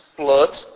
blood